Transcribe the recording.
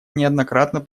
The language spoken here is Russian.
неоднократно